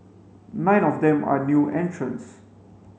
nine of them are new entrants